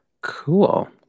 Cool